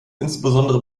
insbesondere